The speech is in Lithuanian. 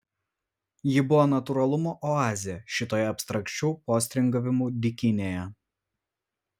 ji buvo natūralumo oazė šitoje abstrakčių postringavimų dykynėje